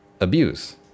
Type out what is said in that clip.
abuse